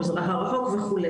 המזרח הרחוק וכו',